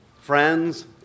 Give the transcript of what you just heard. friends